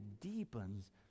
deepens